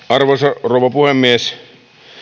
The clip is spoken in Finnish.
arvoisa rouva puhemies